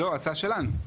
ההצעה שלנו.